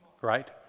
Right